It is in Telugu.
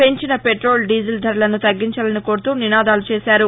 పెంచిన పెట్రోల్ డీజిల్ ధరలను తగ్గించాలని కోరుతూ నినాదాలు చేశారు